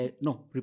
No